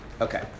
Okay